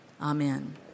Amen